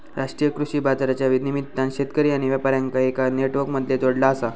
राष्ट्रीय कृषि बाजारच्या निमित्तान शेतकरी आणि व्यापार्यांका एका नेटवर्क मध्ये जोडला आसा